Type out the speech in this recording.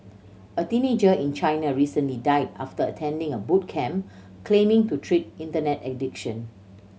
a teenager in China recently died after attending a boot camp claiming to treat Internet addiction